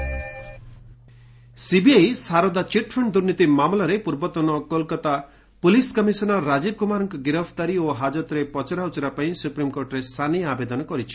CBI SC ସର୍ଦାନା CBI Saradha chit fund ଦୁର୍ନୀତି ମାମଲାରେ ପୂର୍ବତନ କୋଲକାତା ପୁଲିସ୍ କମିଶନର ରାଜୀବ କୁମାରଙ୍କ ଗିରଫଦାରୀ ଓ ହାକତରେ ପଚରାଉଚରା ପାଇଁ ସୁପ୍ରିମକୋର୍ଟରେ ସାନି ଆବେଦନ କରିଛି